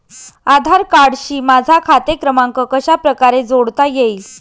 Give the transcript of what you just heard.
आधार कार्डशी माझा खाते क्रमांक कशाप्रकारे जोडता येईल?